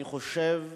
אני חושב,